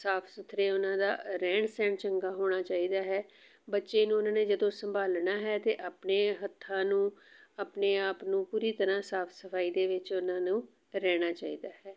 ਸਾਫ ਸੁਥਰੇ ਉਹਨਾਂ ਦਾ ਰਹਿਣ ਸਹਿਣ ਚੰਗਾ ਹੋਣਾ ਚਾਹੀਦਾ ਹੈ ਬੱਚੇ ਨੂੰ ਉਹਨਾਂ ਨੇ ਜਦੋਂ ਸੰਭਾਲਣਾ ਹੈ ਤਾਂ ਆਪਣੇ ਹੱਥਾਂ ਨੂੰ ਆਪਣੇ ਆਪ ਨੂੰ ਪੂਰੀ ਤਰ੍ਹਾਂ ਸਾਫ ਸਫਾਈ ਦੇ ਵਿੱਚ ਉਹਨਾਂ ਨੂੰ ਰਹਿਣਾ ਚਾਹੀਦਾ ਹੈ